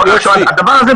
הדבר הזה,